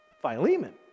Philemon